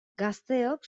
gazteok